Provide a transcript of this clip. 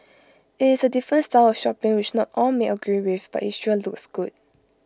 IT is A different style of shopping which not all may agree with but IT sure looks good